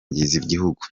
igihugu